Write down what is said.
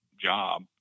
job